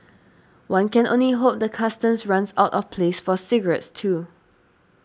one can only hope the Customs runs out of place for cigarettes too